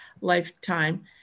lifetime